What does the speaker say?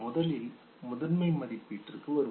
முதலில் முதன்மை மதிப்பீட்டிற்கு வருவோம்